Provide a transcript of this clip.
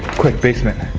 quick basement.